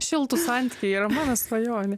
šiltūs santykiai yra mano svajonė